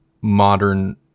modern